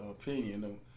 opinion